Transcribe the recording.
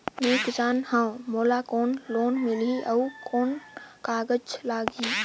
मैं किसान हव मोला कौन लोन मिलही? अउ कौन कागज लगही?